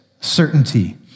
certainty